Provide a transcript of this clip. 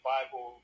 Bible